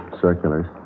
circulars